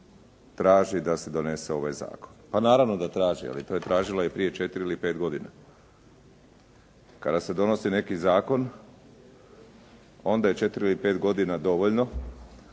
traži da se donese ovaj zakon. Pa naravno da traži, ali to je tražila io prije četiri ili pet godina. Kada se donosi neki zakon onda je četiri ili pet godina dovoljno,